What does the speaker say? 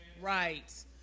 right